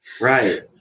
Right